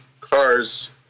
cars